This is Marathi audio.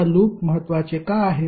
आता लूप महत्त्वाचे का आहे